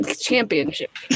championship